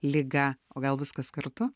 liga o gal viskas kartu